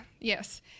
Yes